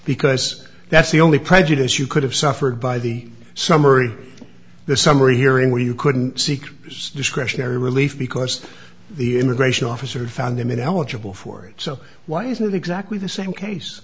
because that's the only prejudice you could have suffered by the summary the summary hearing where you couldn't seek discretionary relief because the immigration officer found him ineligible for it so why isn't it exactly the same case